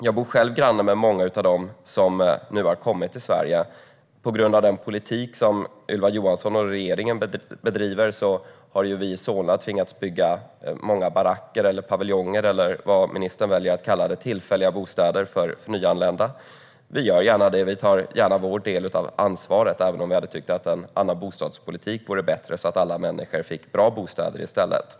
Jag bor själv granne med många av dem som nu har kommit till Sverige. På grund av den politik som Ylva Johansson och regeringen bedriver har vi i Solna tvingats bygga många baracker, paviljonger eller vad nu ministern väljer att kalla dem, alltså tillfälliga bostäder för nyanlända. Vi gör gärna det. Vi tar gärna vår del av ansvaret, även om vi hade tyckt att en annan bostadspolitik vore bättre, så att alla människor fick bra bostäder i stället.